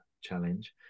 challenge